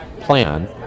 plan